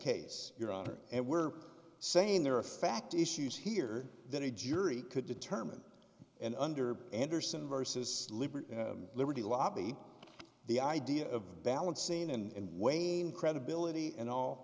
case your honor and we're saying there are fact issues here that a jury could determine and under andersen versus liberal liberty lobby the idea of balancing in wayne credibility and all